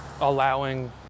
allowing